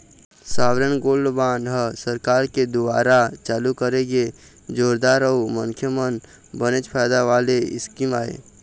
sovereign gold bond ह सरकार के दुवारा चालू करे गे जोरदार अउ मनखे मन बनेच फायदा वाले स्कीम आय